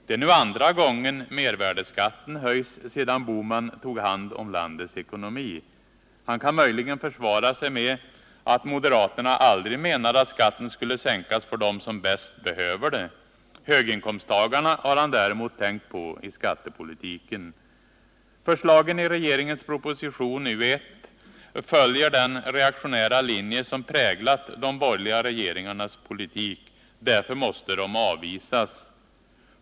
Det är nu andra gången mervärdeskatten höjs sedan Bohman tog hand om landets ekonomi. Han kan möjligen försvara sig med att moderaterna aldrig menade att skatten skulle sänkas för dem som bäst behöver det. Höginkomsttagarna har han däremot tänkt på i skattepolitiken. Förslagen i regeringens proposition U:1 följer den reaktionära linje som präglat de borgerliga regeringarnas politik. Därför måste de avvisas.